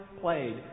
played